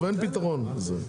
אין פתרון לזה.